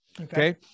Okay